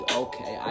okay